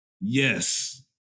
Yes